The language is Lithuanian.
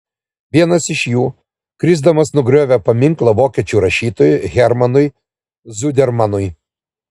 vienas iš jų krisdamas nugriovė paminklą vokiečių rašytojui hermanui zudermanui